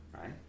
right